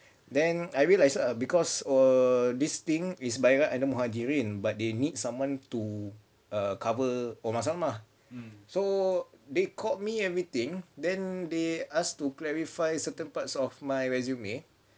then I realise ah because err this thing is by right ada muhajirin but they need someone to err cover omar salmah so they called me everything then they asked to clarify certain parts of my resume